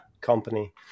company